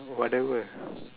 whatever